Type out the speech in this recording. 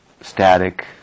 static